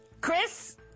Chris